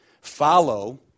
follow